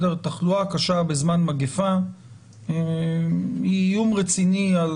תחלוא קשה בזמן מגפה היא איום רציני על